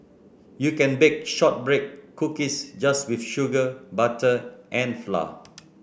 you can bake shortbread cookies just with sugar butter and flour